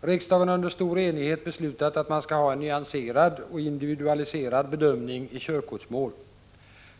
Riksdagen har under stor enighet beslutat att man skall ha en nyanserad och individualiserad bedömning i körkortsmål.